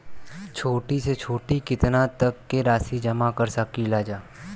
छोटी से छोटी कितना तक के राशि जमा कर सकीलाजा?